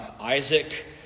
Isaac